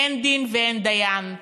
אין דין ואין דיין.